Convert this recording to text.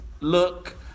look